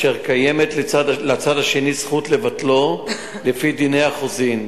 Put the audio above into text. שקיימת לצד השני זכות לבטלו לפי דיני החוזים,